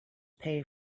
pay